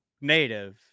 native